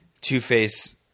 Two-Face